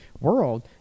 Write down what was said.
world